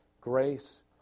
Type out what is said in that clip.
Grace